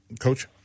coach